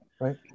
right